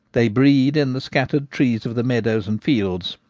they breed in the scattered trees of the meadows and fields,